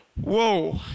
whoa